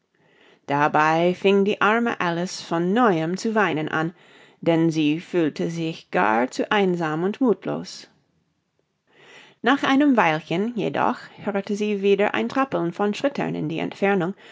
dabei fing die arme alice von neuem zu weinen an denn sie fühlte sich gar zu einsam und muthlos nach einem weilchen jedoch hörte sie wieder ein trappeln von schritten in der entfernung